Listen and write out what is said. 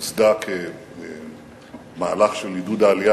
תוכנית שנוסדה כמהלך של עידוד העלייה,